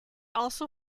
also